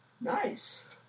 Nice